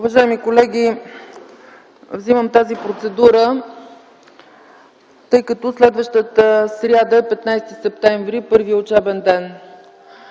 Уважаеми колеги, вземам тази процедура, тъй като следващата сряда е 15 септември – първият учебен ден.